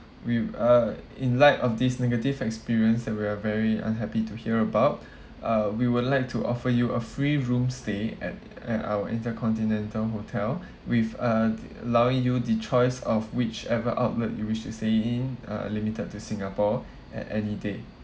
we uh in light of this negative experience that we are very unhappy to hear about uh we would like to offer you a free room stay at uh at our intercontinental hotel with uh allowing you the choice of whichever outlet you wish to stay in uh limited to singapore at any day